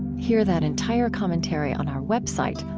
hear that entire commentary on our website,